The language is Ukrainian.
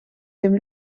тим